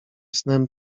snem